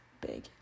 big